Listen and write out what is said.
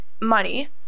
money